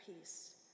peace